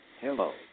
Hello